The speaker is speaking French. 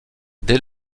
dès